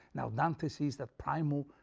now dante sees that primal,